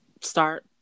start